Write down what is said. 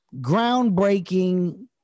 groundbreaking